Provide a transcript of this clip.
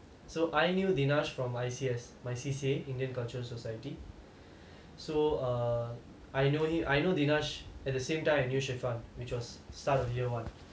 so I knew dinesh I_C_S from my C_C_A indian culture society so err I know he I know dinesh at the same time I knew shefun which was the start of year one